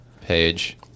page